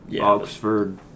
Oxford